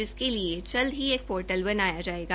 जिसके लिए जल्द ही एक पोर्टल बनाया जाएगा